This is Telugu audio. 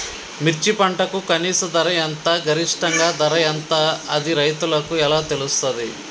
మిర్చి పంటకు కనీస ధర ఎంత గరిష్టంగా ధర ఎంత అది రైతులకు ఎలా తెలుస్తది?